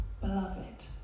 Beloved